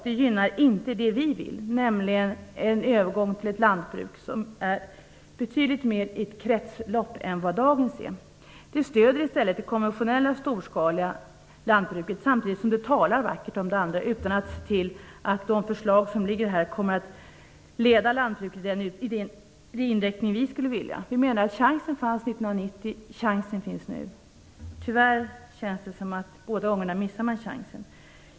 Det gynnar inte det vi vill, nämligen en övergång till ett lantbruk som är ett kretslopp i betydligt högre grad än vad dagens lantbruk är. Det stöder i stället det konventionella storskaliga lantbruket, samtidigt som det talas vackert om det andra utan att de förslag som nu ligger kommer att leda lantbruket i den riktning som vi skulle vilja. Chansen fanns 1990, chansen finns nu. Tyvärr känns det som att man båda gångerna har missat chansen.